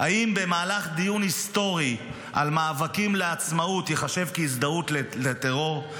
האם דיון היסטורי על מאבקים לעצמאות ייחשב להזדהות עם טרור.